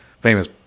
famous